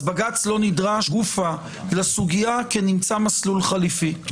אז בג"ץ לא נדרש גופא לסוגיה כי נמצא מסלול חליפי.